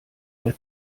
der